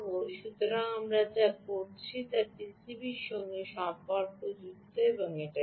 সুতরাং আমি যা করেছি তা হল আমি এটি একটি পিসিবির সাথে সংযুক্ত করেছি যা এখানে ঠিক